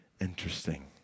interesting